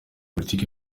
politiki